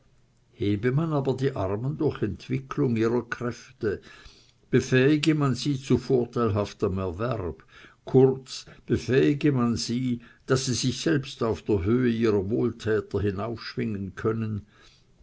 hebe man aber die armen durch entwicklung ihrer kräfte befähige man sie zu vorteilhaftem erwerb kurz befähige man sie daß sie sich selbst auf die höhe ihrer wohltäter hinaufschwingen können